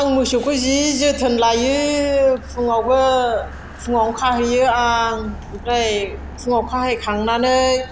आं मोसौखौ जि जोथोन लायो फुङावबो फुङाव खाहैयो आं ओमफ्राय फुङाव खाहै खांनानै